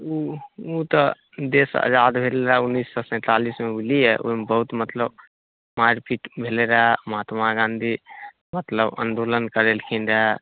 ओ तऽ देश आजाद भेल रहए उन्नीस सए सैंतालिसमे बुझलियै ओहिमे बहुत मतलब मारि पीट भेले रऽ महात्मा गांधी मतलब आन्दोलन करेलखिन रऽ